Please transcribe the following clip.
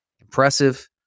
impressive